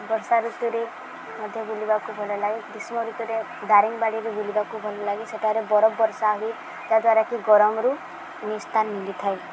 ବର୍ଷା ଋତୁରେ ମଧ୍ୟ ବୁଲିବାକୁ ଭଲ ଲାଗେ ଗ୍ରୀଷ୍ମ ଋତୁରେ ଦାରିଙ୍ଗବାଡ଼ିରେ ବୁଲିବାକୁ ଭଲ ଲାଗେ ସେଠାରେ ବରଫ ବର୍ଷା ହୁଏ ଯାହା ଦ୍ୱାରା କି ଗରମରୁ ନିସ୍ତାର ମିଳିଥାଏ